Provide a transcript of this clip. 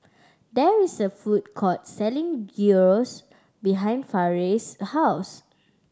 there is a food court selling Gyros behind Farris' house